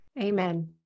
Amen